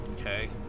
Okay